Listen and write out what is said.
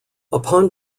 upon